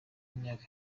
imyaka